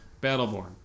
Battleborn